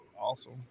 Awesome